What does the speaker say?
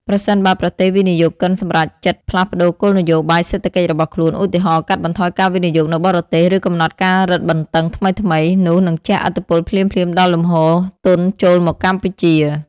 ប្រសិនបើប្រទេសវិនិយោគិនសម្រេចចិត្តផ្លាស់ប្តូរគោលនយោបាយសេដ្ឋកិច្ចរបស់ខ្លួន ឧទាហរណ៍ កាត់បន្ថយការវិនិយោគនៅបរទេស ឬកំណត់ការរឹតបន្តឹងថ្មីៗ នោះនឹងជះឥទ្ធិពលភ្លាមៗដល់លំហូរទុនចូលមកកម្ពុជា។